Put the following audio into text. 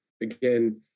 again